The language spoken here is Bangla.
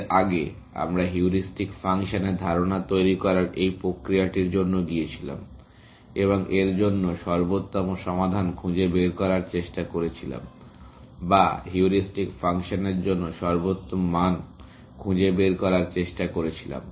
এর আগে আমরা হিউরিস্টিক ফাংশনের ধারণা তৈরি করার এই প্রক্রিয়াটির জন্য গিয়েছিলাম এবং এর জন্য সর্বোত্তম সমাধান খুঁজে বের করার চেষ্টা করেছিলাম বা হিউরিস্টিক ফাংশনের জন্য সর্বোত্তম মান খুঁজে বের করার চেষ্টা করেছিলাম